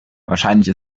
wahrscheinlich